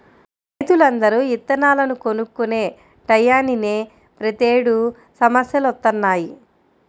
రైతులందరూ ఇత్తనాలను కొనుక్కునే టైయ్యానినే ప్రతేడు సమస్యలొత్తన్నయ్